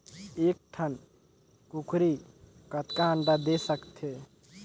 एक ठन कूकरी कतका अंडा दे सकथे?